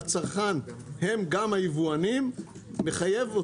לצרכן הכי חשוב שתהיה לו יכולת